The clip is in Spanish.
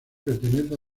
pertenece